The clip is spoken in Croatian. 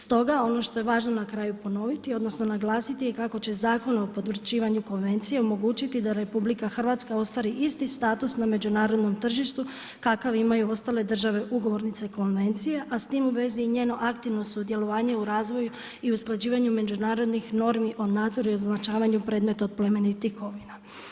Stoga, ono što je na kraju važno ponoviti, odnosno naglasiti je kako će zakona o potvrđivanju konvencije omogućiti da RH ostvari isti status na međunarodnom tržištu kakav imaju ostale države ugovornice konvencije a s tim u vezi i njeno aktivno sudjelovanje u razvoju i usklađivanju međunarodnih normi o nadzoru i označavanju predmeta od plemenitih kovina.